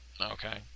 Okay